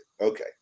Okay